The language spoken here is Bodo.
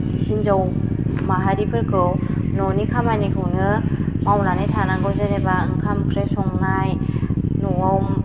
हिन्जाव माहारिफोरखौ न'नि खामानिखौनो मावनानै थानांगौ जेनेबा ओंखाम ओंख्रि संनाय न'आव